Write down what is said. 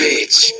Bitch